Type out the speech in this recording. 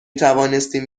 توانستیم